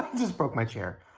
just broke my chair!